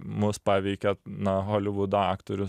mus paveikė na holivudo aktorių